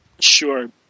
Sure